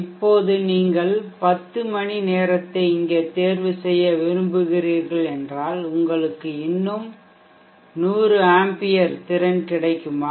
இப்போது நீங்கள் 10 மணிநேரத்தை இங்கே தேர்வு செய்ய விரும்புகிறீர்கள் என்றால் உங்களுக்கு இன்னும் 100A திறன் கிடைக்குமா